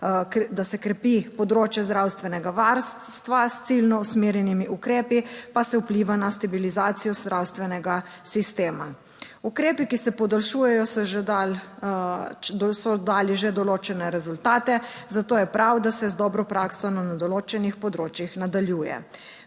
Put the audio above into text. da se krepi področje zdravstvenega varstva s ciljno usmerjenimi ukrepi, pa se vpliva na stabilizacijo zdravstvenega sistema. Ukrepi, ki se podaljšujejo, so že dali, so dali že določene rezultate, zato je prav, da se z dobro prakso na določenih področjih nadaljuje.